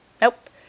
Nope